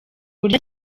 uburyo